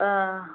ஆ